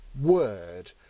word